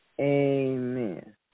Amen